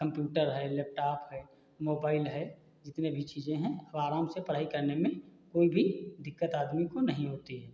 computer है laptop है mobile है जितने भी चीज़ें हैं अब आराम से पढ़ाई करने में कोई भी दिक्कत आदमी को नहीं होती है